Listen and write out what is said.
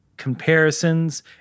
comparisons